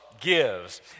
gives